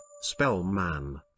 Spellman